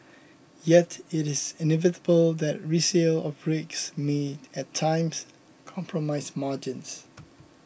yet it is inevitable that resale of rigs may at times compromise margins